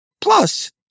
Plus